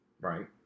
right